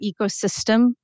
ecosystem